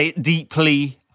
deeply